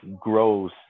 grows